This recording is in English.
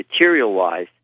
material-wise